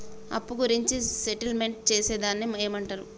అప్పు గురించి సెటిల్మెంట్ చేసేదాన్ని ఏమంటరు?